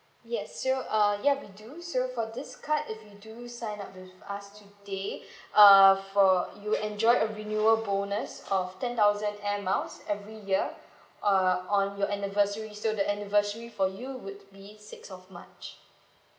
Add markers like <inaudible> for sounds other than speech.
yes so uh ya we do so for this card if you do sign up with us today <breath> uh for you enjoy a reviewer bonus of ten thousand air miles every year uh on your anniversary so the anniversary for you would be sixth of march